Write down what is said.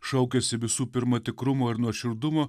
šaukiasi visų pirma tikrumo ir nuoširdumo